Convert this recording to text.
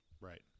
Right